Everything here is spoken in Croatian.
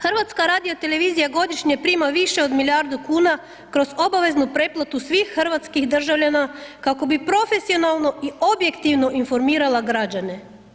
HRT godišnje prima više od milijardu kuna kroz obaveznu pretplatu svih hrvatskih državljana kako bi profesionalno i objektivno informirala građane.